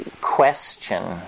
question